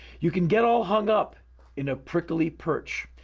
you can get all hung up in a prickle-ly perch.